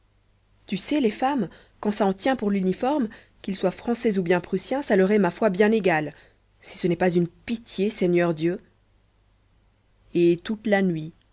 tu sais les femmes quand ça en tient pour l'uniforme qu'il soit français ou bien prussien ça leur est ma foi bien égal si ce n'est pas une pitié seigneur dieu et toute la nuit